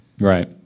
Right